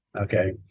okay